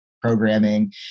programming